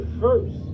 first